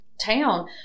town